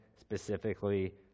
specifically